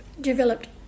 developed